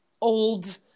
old